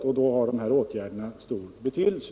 För dessa har de här åtgärderna en särskilt stor betydelse.